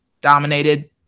dominated